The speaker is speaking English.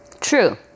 True